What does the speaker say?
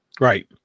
right